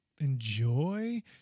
enjoy